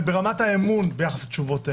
וברמת האמון ביחס לתשובות האלה.